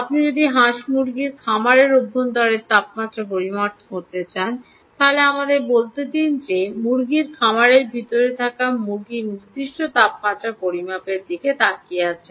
আপনি যদি হাঁস মুরগির খামারের অভ্যন্তরের তাপমাত্রা পরিমাপ করছেন তবে আমাদের বলতে দিন যে আপনি মুরগির খামারের ভিতরে থাকা মুরগির একটি নির্দিষ্ট তাপমাত্রা পরিমাপের দিকে তাকিয়ে আছেন